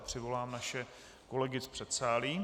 Přivolám naše kolegy z předsálí.